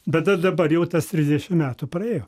bet dabar jau tas trisdešimt metų praėjo